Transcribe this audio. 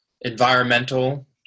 environmental